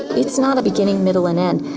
it is not a beginning, middle and end.